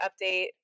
update